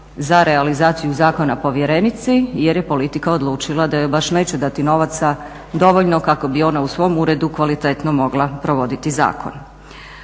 za realizaciju zakona povjerenici jer je politika odlučila da joj baš neće dati novaca dovoljno kako bi ona u svom uredu kvalitetno mogla provoditi zakon.